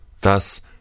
Thus